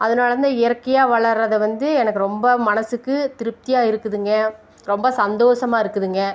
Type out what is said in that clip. அதனால தான் இந்த இயற்கையாக வளர்றதை வந்து எனக்கு ரொம்ப மனசுக்கு திருப்தியாக இருக்குதுங்க ரொம்ப சந்தோசமா இருக்குதுங்க